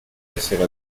essere